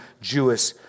Jewish